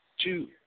two